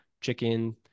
chicken